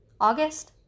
August